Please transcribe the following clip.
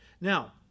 Now